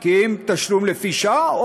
כי אם תשלום לפי שעה,